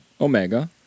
Omega